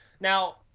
Now